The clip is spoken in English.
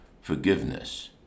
Forgiveness